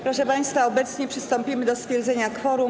Proszę państwa, obecnie przystąpimy do stwierdzenia kworum.